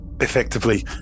effectively